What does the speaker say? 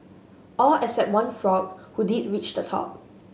all except one frog who did reach the top